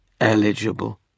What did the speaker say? Eligible